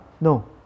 No